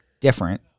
different